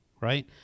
right